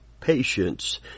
patience